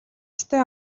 ёстой